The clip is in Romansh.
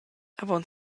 avon